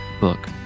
book